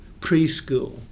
preschool